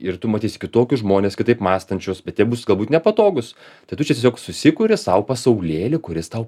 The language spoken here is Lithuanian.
ir tu matysi kitokius žmones kitaip mąstančius bet jie bus galbūt nepatogūs tai tu čia tiesiog susikuri sau pasaulėlį kuris tau